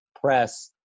press